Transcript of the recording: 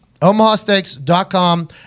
omahasteaks.com